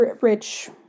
rich